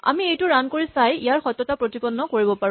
আমি এইটো ৰান কৰি চাই ইয়াৰ সত্যতা প্ৰতিপন্ন কৰিব পাৰো